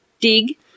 Dig